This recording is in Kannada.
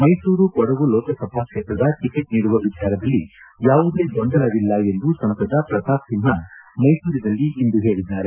ಮೈಸೂರು ಕೊಡಗು ಲೋಕಸಭಾ ಕ್ಷೇತ್ರದ ಟಿಕೆಟ್ ನೀಡುವ ವಿಚಾರದಲ್ಲಿ ಯಾವುದೇ ಗೊಂದಲವಿಲ್ಲ ಎಂದು ಸಂಸದ ಪ್ರತಾಪ್ ಸಿಂಹ ಮೈಸೂರಿನಲ್ಲಿಂದು ಹೇಳಿದ್ದಾರೆ